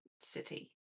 city